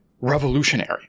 revolutionary